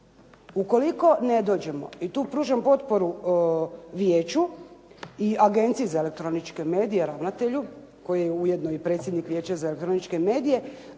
Ukoliko ne dođemo i tu pružim potporu vijeću i Agenciji za elektroničke medije, ravnatelju, koji je ujedno i predsjednik vijeća za elektroničke medije.